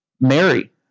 Mary